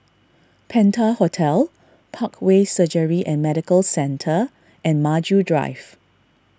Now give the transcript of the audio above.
Penta Hotel Parkway Surgery and Medical Centre and Maju Drive